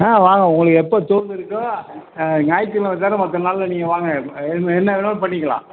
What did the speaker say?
ஆ வாங்க உங்களுக்கு எப்போ தோது இருக்கோ ஞாயித்துக்கெகழமை தவிர மற்ற நாளில் நீங்கள் வாங்க என் என்ன வேண்ணாலும் பண்ணிக்கலாம்